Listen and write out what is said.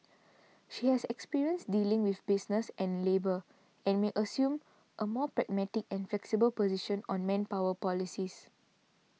she has experience dealing with business and labour and may assume a more pragmatic and flexible position on manpower policies